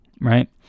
right